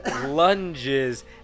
lunges